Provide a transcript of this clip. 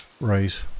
Right